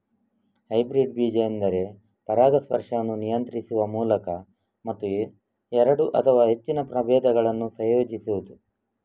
hybrid ಬೀಜ ಎಂದರೆ ಪರಾಗಸ್ಪರ್ಶವನ್ನು ನಿಯಂತ್ರಿಸುವ ಮೂಲಕ ಮತ್ತು ಎರಡು ಅಥವಾ ಹೆಚ್ಚಿನ ಪ್ರಭೇದಗಳನ್ನ ಸಂಯೋಜಿಸುದು